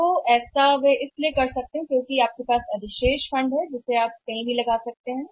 तो कैसे वे ऐसा करने जा रहे हैं क्योंकि आपका अधिशेष निधि तब वे अपने फंड को कहीं पार्क करना चाहते हैं